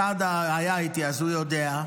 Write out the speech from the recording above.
סעדה היה איתי, אז הוא יודע.